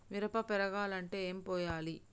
మిరప పెరగాలంటే ఏం పోయాలి?